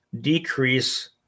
decrease